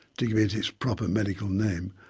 to give it its proper medical name,